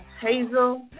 Hazel